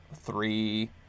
Three